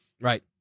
Right